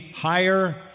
higher